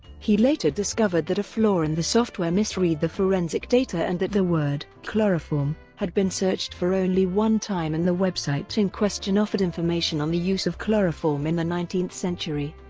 he later discovered that a flaw in the software misread the forensic data and that the word chloroform had been searched for only one time and the website in question offered information on the use of chloroform in the nineteenth century.